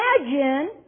imagine